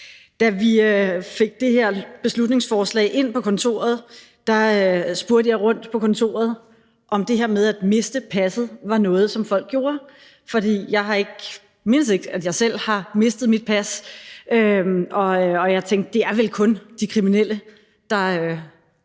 Da vi fik det her beslutningsforslag ind på kontoret, spurgte jeg rundt på kontoret, om det her med at miste passet var noget, som folk gjorde, fordi jeg mindes ikke, at jeg selv har mistet mit pas, og jeg tænkte, at det vel kun er de kriminelle, der